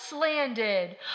landed